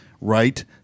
right